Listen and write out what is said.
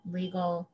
legal